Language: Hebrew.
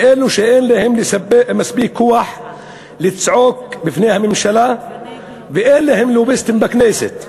באלו שאין להם מספיק כוח לצעוק בפני הממשלה ואין להם לוביסטים בכנסת.